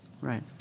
Right